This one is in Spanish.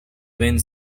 ben